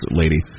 lady